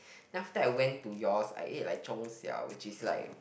then after I went to yours I eat like 中小 which is like